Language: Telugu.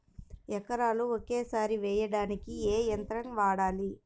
ఎకరాలు ఒకేసారి వేయడానికి ఏ యంత్రం వాడాలి?